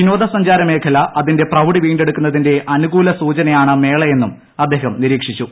വിനോദ സഞ്ചാര മേഖല അതിന്റെ പ്രൌഡി വീണ്ടെടുക്കുന്നതിന്റെ അനുകൂല സൂചനയാണ് മേളയെന്നും അദ്ദേഹം നിരീക്ഷിച്ചു